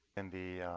and the